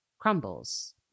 crumbles